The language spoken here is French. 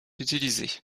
utilisées